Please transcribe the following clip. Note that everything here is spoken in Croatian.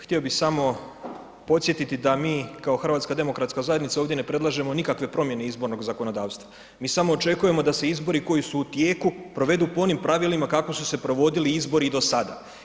Htio bih samo podsjetiti da mi kao HDZ ovdje ne predlažemo nikakve promjene izbornog zakonodavstva, mi samo očekujemo da se izbori koji su u tijeku provedu po onim pravilima kako su se provodili izbori i do sada.